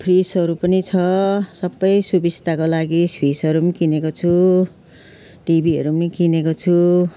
फ्रिजहरू पनि छ सबै सुबिस्ताको लागि फ्रिजहरू किनेको छु टिभीहरू पनि किनेको छु